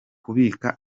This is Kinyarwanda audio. kubika